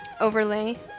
overlay